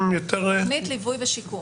תוכנית ליווי ושיקום.